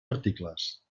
articles